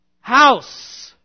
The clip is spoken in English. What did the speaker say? House